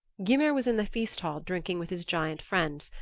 gymer was in the feast hall drinking with his giant friends,